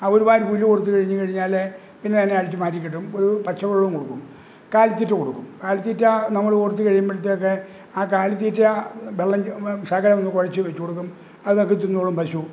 ആ ഒരു വാര് പുല്ല് കൊടുത്തുകഴിഞ്ഞുകഴിഞ്ഞാല് പിന്നെ അതിനെ അഴിച്ചുമാറ്റി കെട്ടും ഒരു പച്ചവെള്ളവും കൊടുക്കും കാലിത്തീറ്റ കൊടുക്കും കാലിത്തീറ്റ നമ്മള് കൊടുത്തുകഴിയുമ്പോഴത്തേക്ക് ആ കാലിത്തീറ്റ വെള്ളം ശകലം ഒന്ന് കുഴച്ച് വച്ചുകൊടുക്കും അതൊക്കെ തിന്നോളും പശു